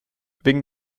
wegen